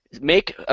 Make